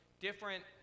different